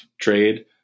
trade